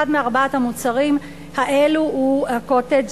אחד מארבעת המוצרים האלה הוא ה"קוטג'"